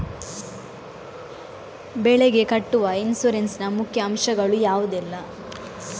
ಬೆಳೆಗೆ ಕಟ್ಟುವ ಇನ್ಸೂರೆನ್ಸ್ ನ ಮುಖ್ಯ ಅಂಶ ಗಳು ಯಾವುದೆಲ್ಲ?